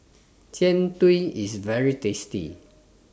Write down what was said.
Jian Dui IS very tasty